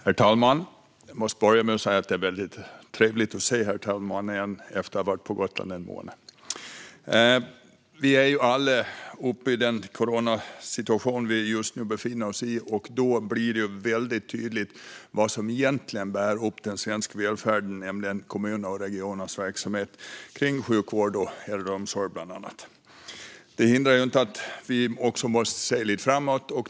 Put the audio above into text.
Herr talman! Jag måste börja med att säga att det är väldigt trevligt att se herr talman igen efter att jag har varit på Gotland en månad. I den coronasituation vi just nu befinner oss i blir det väldigt tydligt vad som egentligen bär upp den svenska välfärden, nämligen kommunernas och regionernas verksamhet, bland annat sjukvård och äldreomsorg. Det hindrar inte att vi måste se lite framåt.